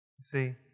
see